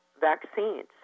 vaccines